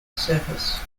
surface